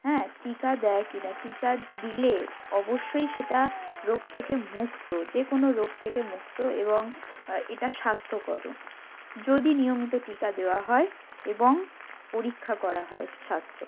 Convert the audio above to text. হ্যাঁ টিকা দেয় কিনা টিকা দিলে অবশ্যই সেটা রোগ থেকে মুক্ত যে কোনো রোগ থেকে মুক্ত এবং এটা স্বাস্থ্যকরও যদি নিয়মিত টিকা দেওয়া হয় এবং পরীক্ষা করা হয় স্বাস্থ্য